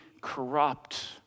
corrupt